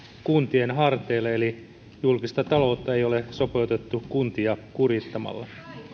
kuntien harteille julkista taloutta ei ole sopeutettu kuntia kurittamalla